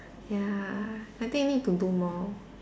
ya I think need to do more